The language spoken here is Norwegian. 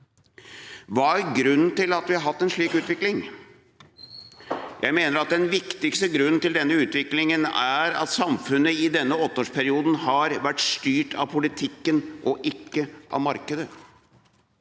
Hva er grunnen til at vi har hatt en slik utvikling? Jeg mener at den viktigste grunnen til denne utviklingen er at samfunnet i denne åtteårsperioden har vært styrt av politikken og ikke av markedet.